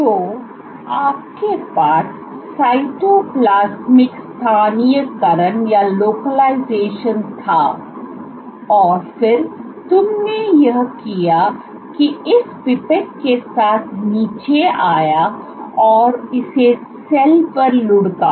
तो आप आपके पास साइटोप्लाज्मिक स्थानीयकरण था और फिर तुमने यह किया कि इस पिपेट के साथ नीचे आया और इसे सेल पर लुढ़का